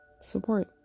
support